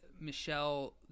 Michelle